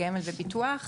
גמל וביטוח,